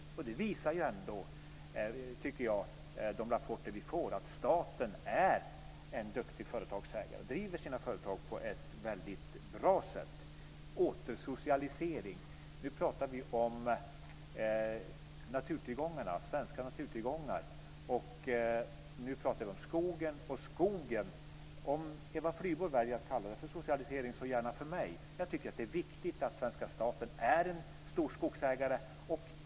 De rapporter vi får visar ändå, tycker jag, att staten är en duktig företagsägare och driver sina företag på ett väldigt bra sätt. Eva Flyborg nämnde återsocialisering. Nu pratar vi om svenska naturtillgångar och om skogen. Om Eva Flyborg väljer att kalla det socialisering, så gärna för mig. Jag tycker att det är viktigt att svenska staten äger mycket skog.